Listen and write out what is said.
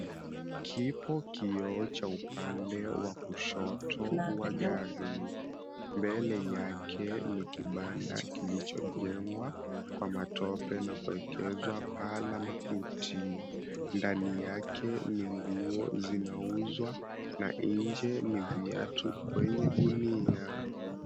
Kipo kioo cha upande wa kushoto wa gari. Mbele yake ni kibanda kilichojengwa kwa matope na kuekezwa paa la makuti. Ndani yake ni nguo zinauzwa na nje ni viatu kwenye gunia.